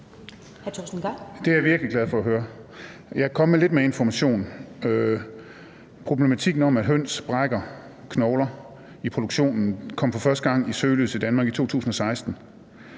Det er jeg virkelig glad for at høre. Og jeg kan komme med lidt mere information: Problematikken om, at høns brækker knogler i produktionen, kom for første gang i søgelyset i Danmark i 2016.